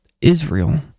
Israel